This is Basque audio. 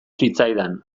zitzaidan